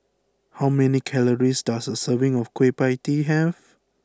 how many calories does a serving of Kueh Pie Tee have